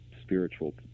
spiritual